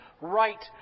right